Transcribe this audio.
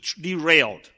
derailed